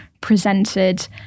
presented